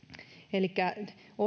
elikkä